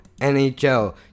NHL